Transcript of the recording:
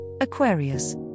Aquarius